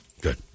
Good